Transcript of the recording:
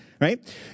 right